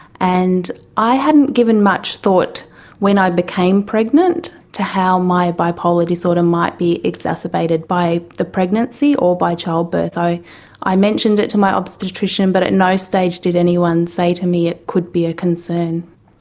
and i hadn't given much thought when i became pregnant to how my bipolar disorder might be exacerbated by the pregnancy or by childbirth. i i mentioned it to my obstetrician but at no stage did anyone say to me it could be a concern.